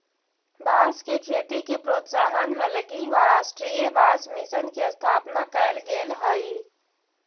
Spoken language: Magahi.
बाँस के खेती के प्रोत्साहन हलगी राष्ट्रीय बाँस मिशन के स्थापना कैल गेल हइ